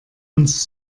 uns